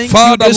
Father